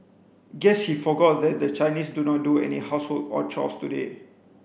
guess he forgot that the Chinese do not do any housework or chores today